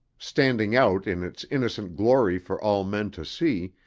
standing out in its innocent glory for all men to see,